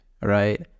right